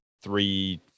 three